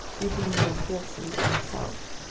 even more fearsome than itself,